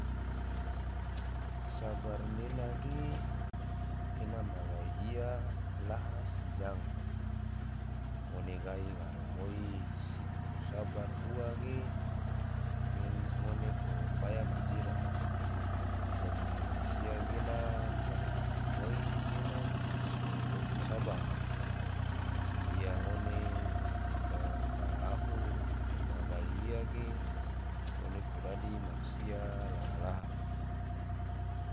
Sabar nena ge ena ma gai ia laha se jang, ngone garamoi se fo sabar ua ge ngone fo paya ma jira, dadi mansia gena gahi garamoi gena so dofu sabar, la ngone na ahu toma gai ia ge, ngone fo dadi mansia laha-laha